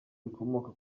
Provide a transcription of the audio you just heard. rikomoka